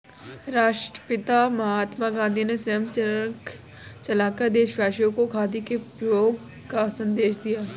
राष्ट्रपिता महात्मा गांधी ने स्वयं चरखा चलाकर देशवासियों को खादी के प्रयोग का संदेश दिया